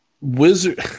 Wizard